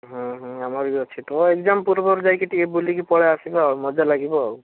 ହଁ ହଁ ଆମର ବି ଅଛି ତୋ ଏଗ୍ଜାମ୍ ପୂର୍ବରୁ ଯାଇକି ଟିକିଏ ବୁଲିକି ପଳାଇଆସିବା ଆଉ ମଜା ଲାଗିବ ଆଉ